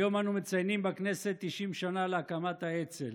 היום אנו מציינים בכנסת 90 שנה להקמת האצ"ל.